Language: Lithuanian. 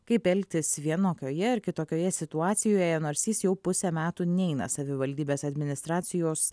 kaip elgtis vienokioje ar kitokioje situacijoje nors jis jau pusę metų neina savivaldybės administracijos